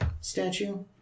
statue